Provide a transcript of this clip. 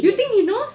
you think he knows